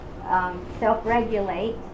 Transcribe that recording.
self-regulate